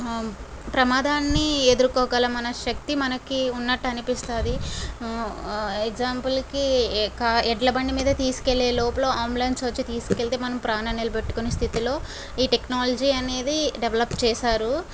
ప్రమాదాన్ని ఎదురుకోగల మన శక్తి మనకి ఉన్నట్లు అనిపిస్తుంది ఆ ఎక్సమ్ప్లె కి ఎ ఎడ్ల బండి మీద తీసుకెళ్లేలోపల అంబులెన్స్ తీసుకెళ్తే మనం ప్రాణం నిలబెట్టుకునే స్థితిలో ఈ టెక్నాలజీ అనేది డెవలప్ చేసారు